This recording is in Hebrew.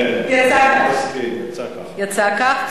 יצא כך.